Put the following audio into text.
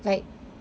like